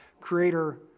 creator